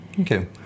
Okay